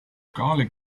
garlic